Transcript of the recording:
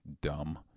dumb